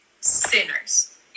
sinners